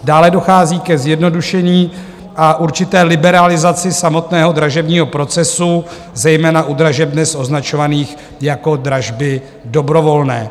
Dále dochází ke zjednodušení a určité liberalizaci samotného dražebního procesu, zejména u dražeb dnes označovaných jako dražby dobrovolné.